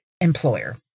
employer